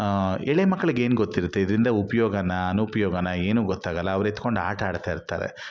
ಎಳೆ ಮಕ್ಳಿಗೆ ಏನು ಗೊತ್ತಿರುತ್ತೆ ಇದರಿಂದ ಉಪಯೋಗನ ಅನುಪಯೋಗನ ಏನೂ ಗೊತ್ತಾಗಲ್ಲ ಅವ್ರು ಎತ್ಕೊಂಡು ಆಟ ಆಡ್ತಾಯಿರ್ತಾರೆ